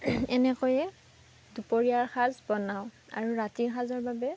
এনেকৈয়ে দুপৰীয়াৰ সাজ বনাওঁ আৰু ৰাতিৰ সাজৰ বাবে